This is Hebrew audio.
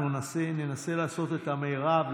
אנחנו ננסה לעשות את המרב.